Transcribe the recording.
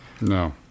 No